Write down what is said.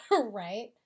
right